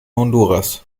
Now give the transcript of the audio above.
honduras